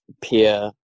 peer